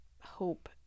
hope